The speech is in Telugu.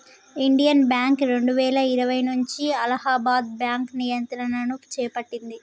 ఇండియన్ బ్యాంక్ రెండువేల ఇరవై నుంచి అలహాబాద్ బ్యాంకు నియంత్రణను చేపట్టింది